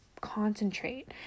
concentrate